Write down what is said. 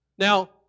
Now